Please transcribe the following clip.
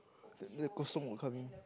then the kosong will come in